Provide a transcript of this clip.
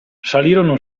salirono